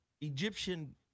Egyptian